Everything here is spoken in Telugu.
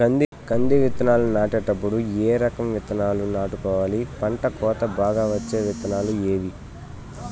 కంది విత్తనాలు నాటేటప్పుడు ఏ రకం విత్తనాలు నాటుకోవాలి, పంట కోత బాగా వచ్చే విత్తనాలు ఏవీ?